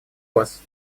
вас